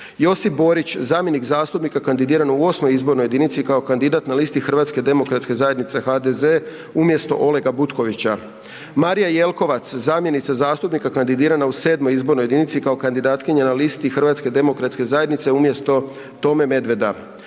Josip Borić, zamjenik zastupnika kandidiranog u 8. izbornoj jedinici kao kandidat na listi Hrvatske demokratske zajednice, HDZ, umjesto Olega Butkovića; Marija Jelkovac, zamjenica zastupnika kandidirana u 7. izbornoj jedinici kao kandidatkinja na listi Hrvatske demokratske zajednice, umjesto Tome Medveda;